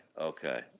okay